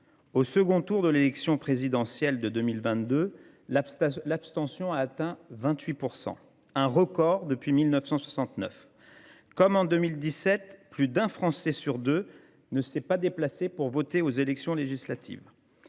Au second tour de l’élection présidentielle de 2022, l’abstention a atteint 28 %, un record depuis 1969. Comme en 2017, plus d’un Français sur deux ne s’est pas déplacé pour voter aux dernières élections législatives.